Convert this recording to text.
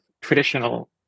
traditional